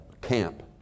camp